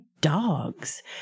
dogs